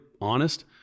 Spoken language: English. honest